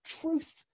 truth